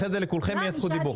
אחרי זה לכולכם יש זכות דיבור.